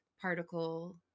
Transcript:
particle